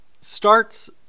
starts